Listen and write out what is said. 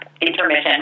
intermission